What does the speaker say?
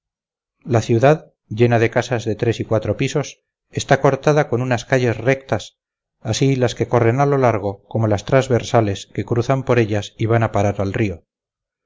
la ciudad llena de casas de tres y cuatro pisos está cortada con unas calles rectas así las que corren a lo largo como las trasversales que cruzan por ellas y van a parar al río